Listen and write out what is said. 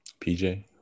PJ